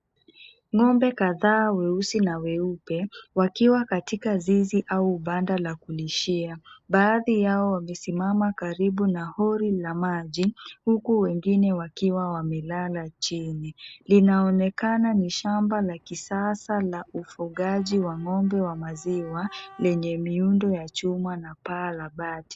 Ng'ombe kadhaa weusi na weupe, wakiwa katika zizi au banda la kulishia. Baadhi yao wamesimama karibu na holi la maji, huku wengine wakiwa wamelala chini. Linaonekana ni shamba la kisasa la ufugaji wa ng'ombe wa maziwa, lenye miundo ya chuma na paa la bati.